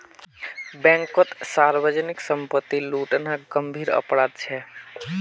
बैंककोत सार्वजनीक संपत्ति लूटना गंभीर अपराध छे